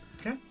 okay